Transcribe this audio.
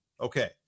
Okay